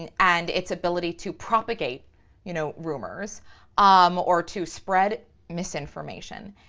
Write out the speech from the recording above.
and and its ability to propagate you know rumors um or to spread misinformation.